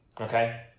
Okay